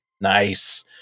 nice